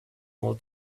all